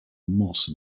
moss